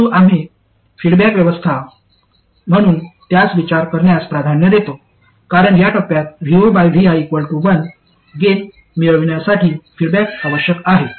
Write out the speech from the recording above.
परंतु आम्ही फीडबॅक व्यवस्था म्हणून त्यास विचार करण्यास प्राधान्य देतो कारण या टप्प्यात vovi1 गेन मिळविण्यासाठी फीडबॅक आवश्यक आहे